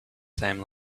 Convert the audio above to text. same